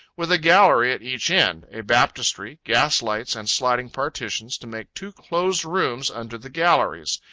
with a gallery at each end, a baptistery, gas lights, and sliding partitions, to make two closed rooms under the galleries,